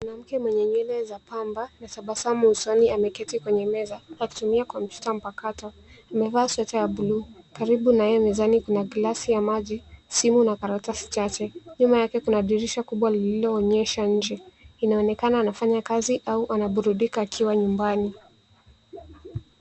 Mwanamke mwenye nywele za pamba na tabasamu usoni ameketi kwenye meza akitumia kompyuta mpakato. Amevaa sweta ya bluu. Karibu naye mezani kuna glasi ya maji, simu na karatasi chache. Nyuma yake kuna dirisha kubwa lililoonyesha nje. Inaonekana anafanya kazi au anaburudika akiwa nyumbani.